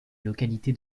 localité